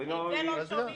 אבל --- את זה לא שומעים,